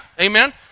amen